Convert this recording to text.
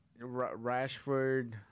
Rashford